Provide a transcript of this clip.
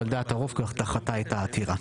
אבל דעת הרוב דחתה את העתירה.